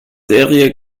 serie